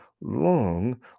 long